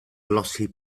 glossy